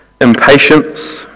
Impatience